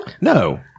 No